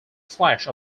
flash